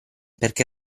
perché